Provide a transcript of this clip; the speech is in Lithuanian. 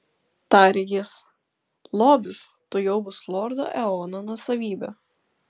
tarė jis lobis tuojau bus lordo eono nuosavybė